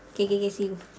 K K K see you